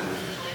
אם הוא מת.